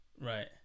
Right